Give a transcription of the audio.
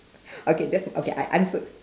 okay that's okay I answered